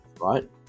right